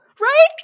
right